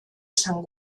sang